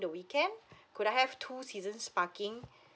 the weekend could I have two seasons parking